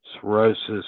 cirrhosis